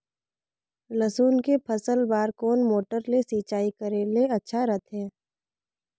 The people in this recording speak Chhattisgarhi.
लसुन के फसल बार कोन मोटर ले सिंचाई करे ले अच्छा रथे?